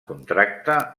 contracte